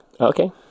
Okay